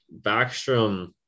Backstrom